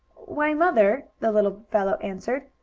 why, mother, the little fellow answered,